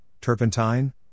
turpentine